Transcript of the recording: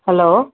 hello